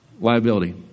liability